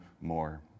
more